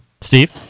Steve